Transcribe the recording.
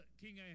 King